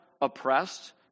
oppressed